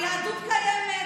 היהדות קיימת,